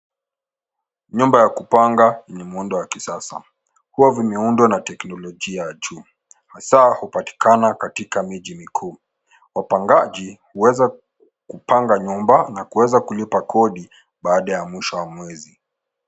Nyumba ya kupanga yenye muundo wa kisasa. Huwa vimeundwa na teknolojia ya juu hasa hupatikana katika miji mikuu. Wapangaji huweza kupanga nyuma na kuweza kulipa kodi baada ya mwisho wa mwezi.